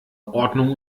ordnung